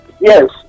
yes